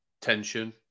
tension